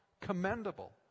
commendable